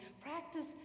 Practice